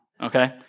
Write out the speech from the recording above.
Okay